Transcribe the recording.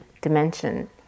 dimension